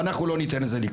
ואנחנו לא ניתן לזה לקרות.